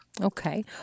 Okay